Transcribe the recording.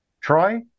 Troy